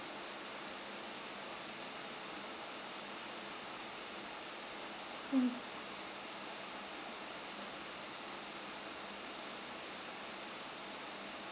mm